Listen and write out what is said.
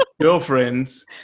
girlfriends